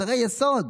מוצרי יסוד.